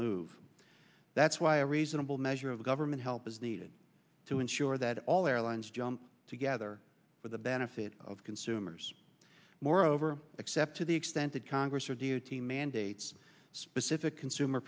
move that's why a reasonable measure of government help is needed to ensure that all airlines jump together for the benefit of consumers moreover except to the extent that congress or duty mandates specific consumer